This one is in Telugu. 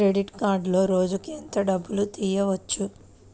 క్రెడిట్ కార్డులో రోజుకు ఎంత డబ్బులు తీయవచ్చు?